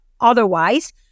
otherwise